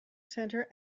centre